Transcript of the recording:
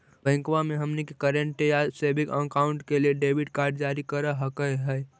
बैंकवा मे हमनी के करेंट या सेविंग अकाउंट के लिए डेबिट कार्ड जारी कर हकै है?